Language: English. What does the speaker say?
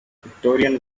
victorian